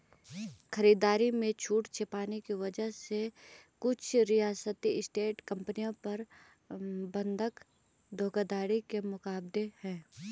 खरीदारी में छूट छुपाने की वजह से कुछ रियल एस्टेट कंपनियों पर बंधक धोखाधड़ी के मुकदमे हैं